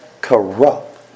Corrupt